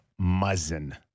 Muzzin